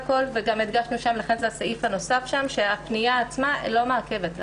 וגם הדגשנו שם בסעיף נוסף שהפנייה עצמה לא מעכבת.